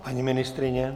Paní ministryně?